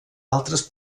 altres